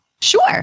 Sure